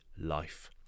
life